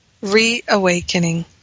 reawakening